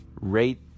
Rate